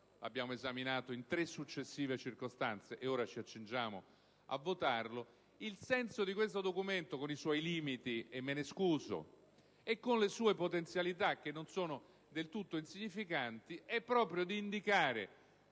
è stato svolto in tre successive circostanze ed ora ci accingiamo a votare), il senso di questo documento, con i suoi limiti - di cui mi scuso - e con le sue potenzialità, che non sono del tutto insignificanti, è proprio quello di indicare